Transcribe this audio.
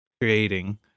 creating